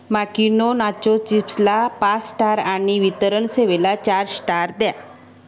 Makino nacho चिप्सला पास star आणि वितरण सेवेला चार स्टार द्या